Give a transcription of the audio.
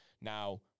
Now